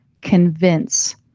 convince